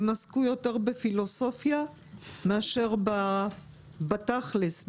הם עסקו יותר בפילוסופיה מאשר בתכל'ס,